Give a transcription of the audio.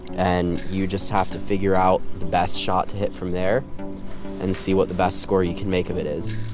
and you just have to figure out the best shot to hit from there and see what the best score you can make of it is